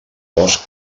bosc